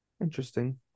Interesting